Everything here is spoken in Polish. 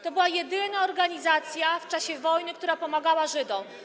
To była jedyna organizacja w czasie wojny, która pomagała Żydom.